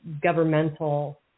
governmental